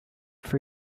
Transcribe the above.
for